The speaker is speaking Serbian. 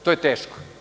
To je teško.